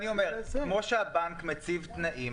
כמו שהבנק מציב תנאים,